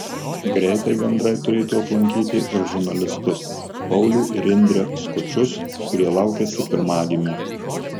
gretai gandrai turėtų aplankyti ir žurnalistus paulių ir indrę skučus kurie laukiasi pirmagimio